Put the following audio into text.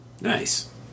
Nice